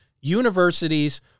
universities